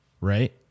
right